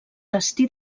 destí